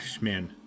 man